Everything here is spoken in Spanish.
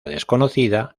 desconocida